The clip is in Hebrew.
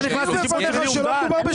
אתה נכנס בלי אומדן?